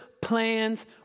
plans